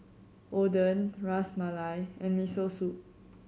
Oden Ras Malai and Miso Soup